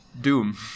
Doom